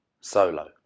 solo